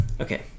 okay